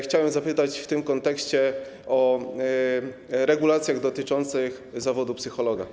Chciałem zapytać w tym kontekście o regulacje dotyczące zawodu psychologa.